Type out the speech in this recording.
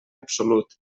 absolut